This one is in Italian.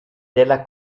della